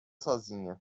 sozinha